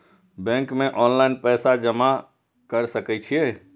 Bank में online पैसा जमा कर सके छीये?